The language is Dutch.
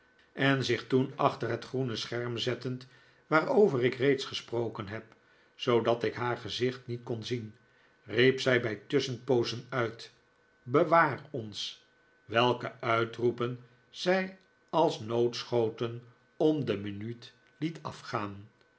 en zich toen achter het groene scherm zettend waarover ik reeds gesproken heb zoodat ik haar gezicht niet kon zien riep zij bij tusschenpoozen uit bewaar ons welke uitroepen zij als noodschoten om de minuut liet afgaan